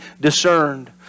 discerned